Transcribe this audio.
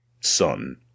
son